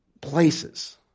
places